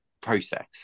process